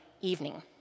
evening